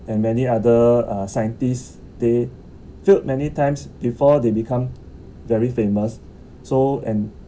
and many other uh scientists they failed many times before they become very famous so and